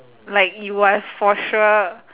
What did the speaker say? like you are for sure